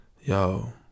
Yo